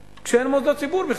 שאין בהן בכלל מוסדות ציבור.